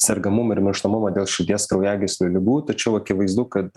sergamumą ir mirštamumą dėl širdies kraujagyslių ligų tačiau akivaizdu kad